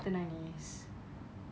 then kita nangis